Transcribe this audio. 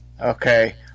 Okay